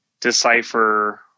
decipher